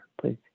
please